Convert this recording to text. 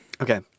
Okay